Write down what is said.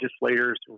legislators